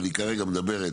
אבל היא כרגע מדברת